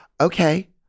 Okay